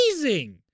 amazing